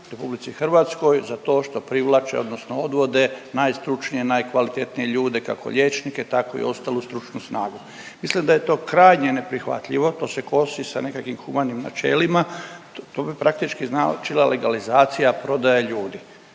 platiti odštetu RH za to što privlače odnosno odvode najstručnije, najkvalitetnije ljude kako liječnike tako i ostalu stručnu snagu. Mislim da je to krajnje neprihvatljivo, to se kosi sa nekakvim humanim načelima. To bi praktički značila legalizacija prodaje ljudi.